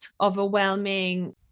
overwhelming